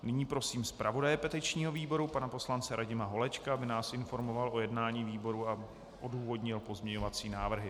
Nyní prosím zpravodaje petičního výboru pana poslance Radima Holečka, aby nás informoval o jednání výboru a odůvodnil pozměňovací návrhy.